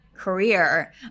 career